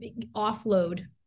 offload